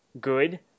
good